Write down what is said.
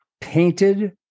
painted